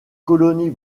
colonies